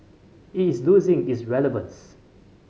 it is losing its relevance